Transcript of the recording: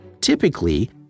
Typically